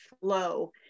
flow